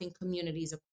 communities